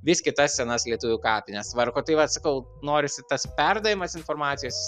vis kitas senas lietuvių kapines tvarko tai vat sakau norisi tas perdavimas informacijos